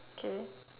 K